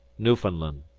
newfoundland.